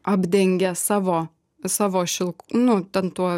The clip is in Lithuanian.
apdengė savo savo šilk nu ten tuo